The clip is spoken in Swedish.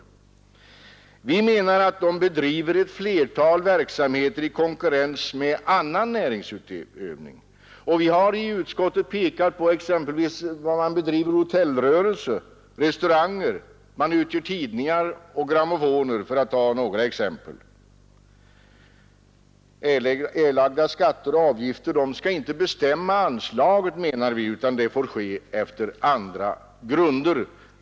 Vi menar att dessa organisationer bedriver flera verksamheter i konkurrens med annan näringsutövning. Vi har i utskottet pekat på att man driver hotellrörelse och restauranger. Man utger tidningar och grammofonskivor, för att ta några exempel. Erlagda skatter och avgifter skall inte bestämma anslagen, utan det får ske efter andra grunder.